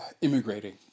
immigrating